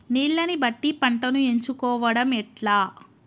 నీళ్లని బట్టి పంటను ఎంచుకోవడం ఎట్లా?